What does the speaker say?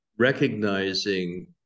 recognizing